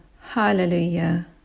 hallelujah